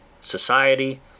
society